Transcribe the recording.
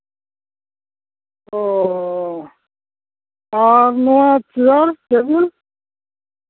ᱚ ᱟᱨ ᱱᱚᱣᱟ ᱪᱮᱭᱟᱨ ᱴᱮᱵᱤᱞ